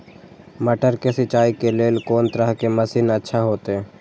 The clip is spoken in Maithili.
मटर के सिंचाई के लेल कोन तरह के मशीन अच्छा होते?